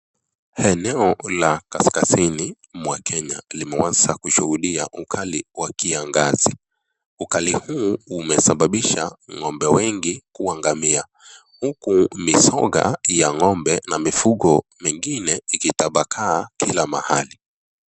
Eneo la kaskazini mwa Kenya limeweza kushuhudia ukali wa kiangazi. Ukali huu umesababisha ng'ombe wengi kuangamia, huku mizoga ya ng'ombe na mifugo mingine ikitapakaa kila mahali.